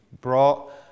brought